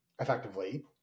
effectively